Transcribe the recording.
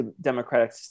democratic